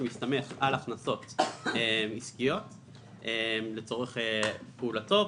שמסתמך על הכנסות עסקיות לצורך פעולתו,